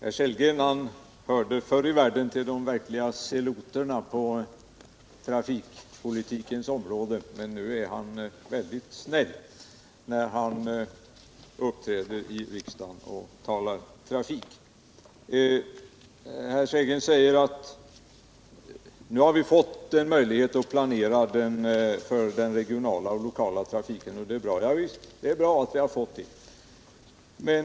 Herr talman! Rolf Sellgren hörde förr i världen till de verkliga seloterna på trafikpolitikens område, men nu är han väldigt snäll när han uppträder i kammaren och talar om trafik. Rolf Sellgren säger: Nu har vi fått en möjlighet att planera för den regionala förbättra kollektiv och den lokala trafiken, och det är bra. Javisst, det är bra att vi har fått den möjligheten.